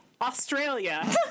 Australia